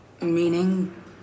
Meaning